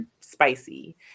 spicy